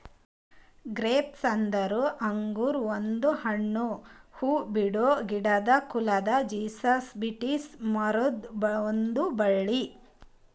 grapes ಅಂದುರ್ ಅಂಗುರ್ ಒಂದು ಹಣ್ಣು, ಹೂಬಿಡೋ ಗಿಡದ ಕುಲದ ಜೀನಸ್ ವಿಟಿಸ್ ಮರುದ್ ಒಂದ್ ಬಳ್ಳಿ